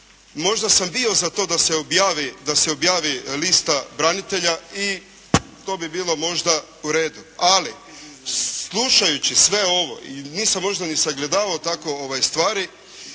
Možda sam bio za to da se objavi lista branitelja i to bi bilo možda u redu. Ali slušajući sve ovo i nisam možda ni sagledavao tako stvari,